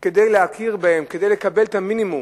כדי להכיר בהם, כדי לקבל את המינימום.